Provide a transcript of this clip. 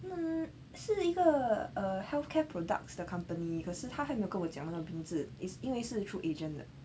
mm 是一个 uh healthcare products 的 company 可是他还没有跟我讲那个名字 is 因为是 through agent 的 or healthcare products Y